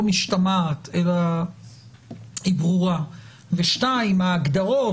משתמעת אלא היא ברורה ושתיים ההגדרות,